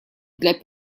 для